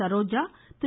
Saroja Thiru